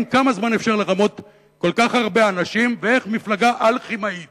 כמה זמן אפשר לרמות כל כך הרבה אנשים ואיך מפלגה אלכימאית